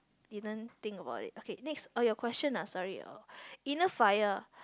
didn't think about it okay next oh your question ah sorry oh inner fire